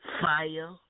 Fire